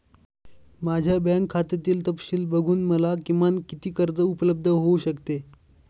माझ्या बँक खात्यातील तपशील बघून मला किमान किती कर्ज उपलब्ध होऊ शकते?